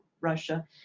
Russia